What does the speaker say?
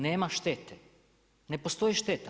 Nema štete, ne postoji šteta.